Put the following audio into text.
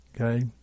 okay